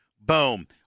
Boom